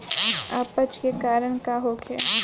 अपच के कारण का होखे?